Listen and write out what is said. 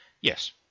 Yes